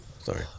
sorry